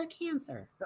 cancer